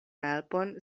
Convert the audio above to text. helpon